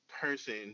person